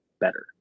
better